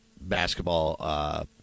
basketball